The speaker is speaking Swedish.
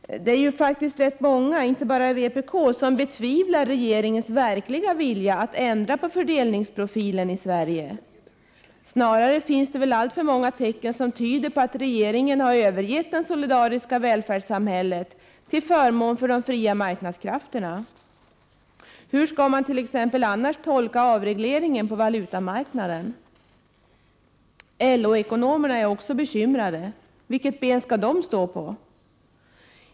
Det är faktiskt rätt många — inte bara vi från vpk — som betvivlar regeringens verkliga vilja att ändra på fördelningsprofilen i Sverige. Snarare finns det väl alltför många tecken som tyder på att regeringen har övergett det solidariska välfärdssamhället till förmån för de fria marknadskrafternas samhälle. Hur skall man t.ex. annars förklara avregleringen på valutamarknaden? Också LO-ekonomerna är bekymrade. Vilket ben skall de stå på?